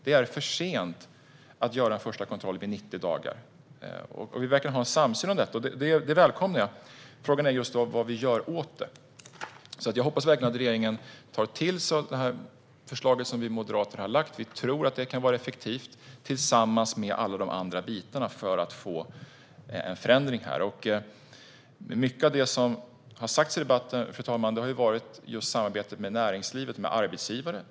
Det är för sent att göra en första kontroll efter 90 dagar. Vi verkar ha en samsyn om detta, och det välkomnar jag. Frågan är vad vi gör åt det. Jag hoppas verkligen att regeringen tar till sig av förslaget som vi moderater har lagt fram. Vi tror att det kan vara effektivt tillsammans med alla de andra bitarna för att få en förändring här. Fru talman! Mycket av det som har sagts i debatten har handlat om samarbetet med näringslivet och arbetsgivarna.